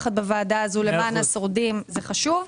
לעשות ביחד בוועדה הזו למען השורדים הוא חשוב,